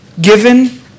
given